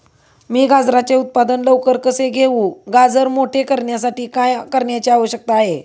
मी गाजराचे उत्पादन लवकर कसे घेऊ? गाजर मोठे करण्यासाठी काय करण्याची आवश्यकता आहे?